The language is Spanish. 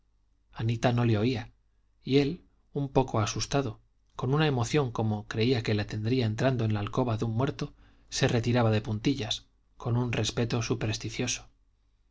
anita no le oía y él un poco asustado con una emoción como creía que la tendría entrando en la alcoba de un muerto se retiraba de puntillas con un respeto